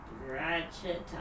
Ratchet